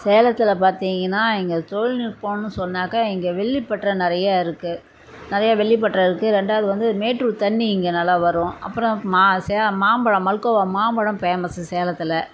சேலத்தில் பார்த்தீங்கன்னா எங்கள் தொழில்நுட்போன்னு சொன்னாக்கா இங்கே வெள்ளிப்பட்றை நிறையா இருக்கு நெறையா வெள்ளிப்பட்றை இருக்குது ரெண்டாவது வந்து மேட்டூர் தண்ணி இங்கே நல்லா வரும் அப்புறம் மா சே மாம்பழம் மல்கோவா மாம்பழம் பேமஸ்ஸு சேலத்தில்